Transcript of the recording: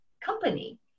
company